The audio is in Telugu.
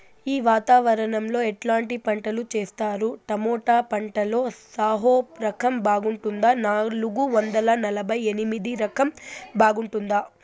ఈ వాతావరణం లో ఎట్లాంటి పంటలు చేస్తారు? టొమాటో పంటలో సాహో రకం బాగుంటుందా నాలుగు వందల నలభై ఎనిమిది రకం బాగుంటుందా?